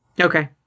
Okay